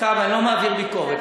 סתיו, אני לא מעביר ביקורת.